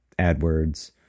adwords